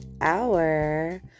Hour